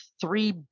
three